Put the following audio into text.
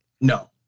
No